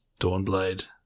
Dawnblade